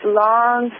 long